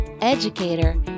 educator